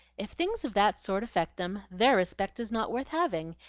if things of that sort affect them, their respect is not worth having,